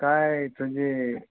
काय संजय